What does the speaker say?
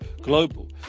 global